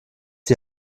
die